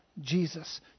Jesus